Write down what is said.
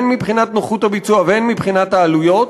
הן מבחינת נוחות הביצוע והן מבחינת העלויות,